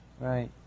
right